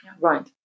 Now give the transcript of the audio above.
Right